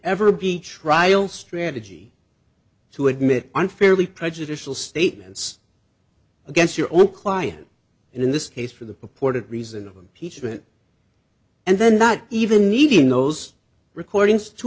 ever be trial strategy to admit unfairly prejudicial statements against your own client in this case for the purported reason of impeachment and then not even needing those recordings to